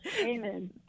Amen